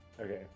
Okay